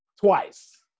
twice